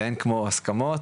ואין כמו הסכמות.